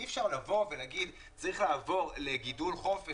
אי אפשר לבוא ולומר שצריך לעבור לגידול חופש